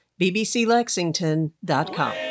bbclexington.com